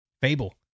Fable